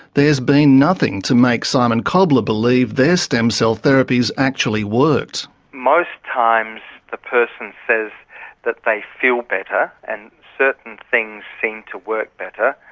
there's been nothing to make simon koblar believe their stem cell therapies actually worked. most times, the person says that they feel better and certain things seem to work better,